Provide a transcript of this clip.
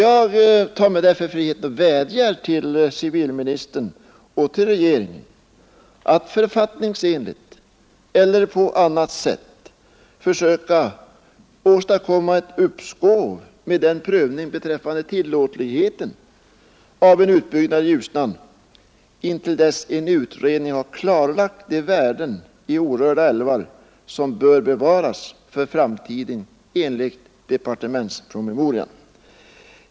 Jag tar mig därför friheten vädja till civilministern och till regeringen att författningsenligt eller på annat sätt försöka åstadkomma ett uppskov med prövningen rörande tillåtligheten av en utbyggnad i Ljusnan, intill dess en utredning har klarlagt de värden i orörda älvar som enligt departementspromemorian bör bevaras för framtiden.